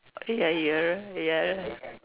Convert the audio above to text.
ya ya ya